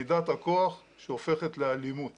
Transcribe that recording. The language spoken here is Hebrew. מידת הכוח שהופכת לאלימות